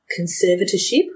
conservatorship